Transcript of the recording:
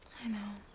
i know.